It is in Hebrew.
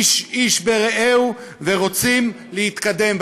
איש ברעהו ורוצים להתקדם.